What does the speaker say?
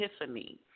epiphany